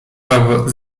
owo